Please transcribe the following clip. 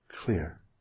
clear